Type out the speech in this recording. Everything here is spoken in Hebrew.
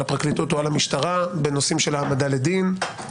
הפרקליטות או על המשטרה בנושאים של העמדה לדין,